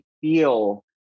feel